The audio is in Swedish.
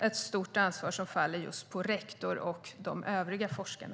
Ett stort ansvar faller på rektor och de övriga forskarna.